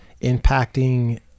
impacting